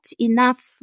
enough